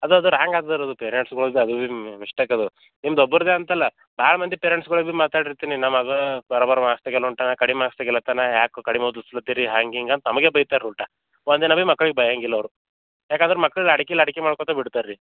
ಅದು ಅದು ರಾಂಗ್ ಆಗ್ತಾದದು ಪೇರೆಂಟ್ಸ್ಗುಳಿಗೆ ಅದು ಇದು ಮಿಸ್ಟೇಕ್ ಅದು ನಿಮ್ದು ಒಬ್ಬರದ್ದೆ ಅಂತಲ್ಲ ಯಾರು ಮಂದಿ ಪೇರೆಂಟ್ಸ್ಗಳೆ ಬೀ ಮಾತಾಡಿ ಇರ್ತೀನಿ ನಮ್ಮ ಮಗು ಬರೋಬ್ಬರ ಮಾರ್ಕ್ಸ್ ತೆಗಿಯಾನ ಒಟ್ಟಾನ ಕಡಿಮೆ ಮಾರ್ಕ್ಸ್ ತೆಗಿಲತ್ತಾನ ಯಾಕೋ ಕಡಿಮೆ ಓದ್ಲಸತ್ತೀರಿ ಹ್ಯಾಂಗೆ ಹಿಂಗೆ ಅಂತ ನಮಗೆ ಬೈತಾರೆ ಅವ್ರು ಉಲ್ಟ ಒಂದು ದಿನ ಬಿ ಮಕ್ಳಿಗೆ ಬೈಯಂಗಿಲ್ಲ ಅವರು ಯಾಕೆಂದ್ರೆ ಮಕ್ಳು ಲಾಟಿಕಿ ಲಾಟಿಕಿ ಮಾಡಕೋತ ಬಿಡ್ತಾರೆ ರೀ